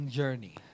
journey